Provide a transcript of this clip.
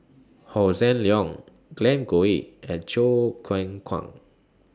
Hossan Leong Glen Goei and Choo Keng Kwang